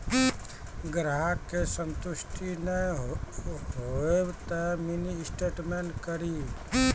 ग्राहक के संतुष्ट ने होयब ते मिनि स्टेटमेन कारी?